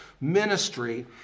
ministry